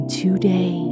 today